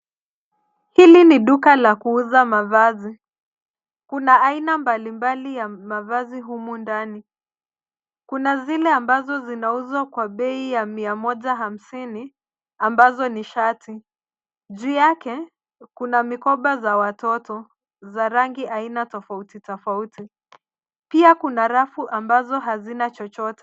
Hili ni duka la kuuza mavazi. Kuna aina mbalimbali ya mavazi humu ndani. Kuna zile ambazo zinauzwa kwa bei ya mia moja hamsini ambazo ni shati. Juu yake, kuna mikoba za watoto za rangi aina tofauti tofauti. Pia kuna rafu ambazo hazina chochote.